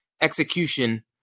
execution